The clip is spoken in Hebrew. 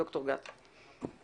3. בדיקה או ייצור של חומרים או חפצים.